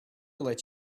let